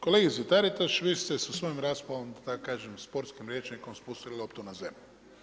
Kolegice Taritaš, vi ste sa svojom raspravom da kažem sportskim rječnikom spustili loptu na zemlju.